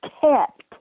kept